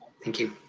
thank you.